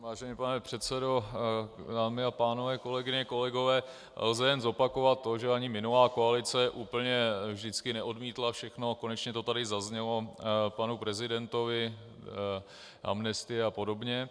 Vážený pane předsedo, dámy a pánové, kolegyně, kolegové, lze jen zopakovat to, že ani minulá koalice úplně vždycky neodmítla všechno, konečně to tady zaznělo, panu prezidentovi amnestie apod.